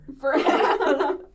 Forever